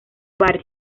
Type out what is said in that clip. barrio